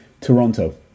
Toronto